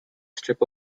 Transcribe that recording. strip